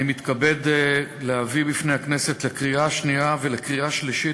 אני מתכבד להביא בפני הכנסת לקריאה שנייה ולקריאה שלישית